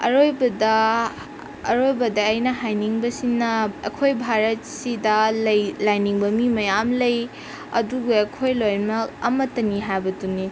ꯑꯔꯣꯏꯕꯗ ꯑꯔꯣꯏꯕꯗ ꯑꯩꯅ ꯍꯥꯏꯅꯤꯡꯕꯁꯤꯅ ꯑꯩꯈꯣꯏ ꯚꯥꯔꯠꯁꯤꯗ ꯂꯩ ꯂꯥꯏꯅꯤꯡꯕ ꯃꯤ ꯃꯌꯥꯝ ꯂꯩ ꯑꯗꯨꯕꯨ ꯑꯩꯈꯣꯏ ꯂꯣꯏꯅꯃꯛ ꯑꯃꯠꯇꯅꯤ ꯍꯥꯏꯕꯗꯨꯅꯤ